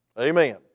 Amen